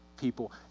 people